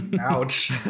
Ouch